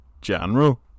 general